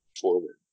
forward